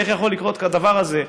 איך יכול לקרות כדבר הזה?